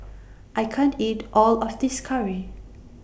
I can't eat All of This Curry